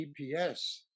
GPS